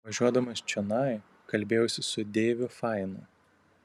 važiuodamas čionai kalbėjausi su deiviu fainu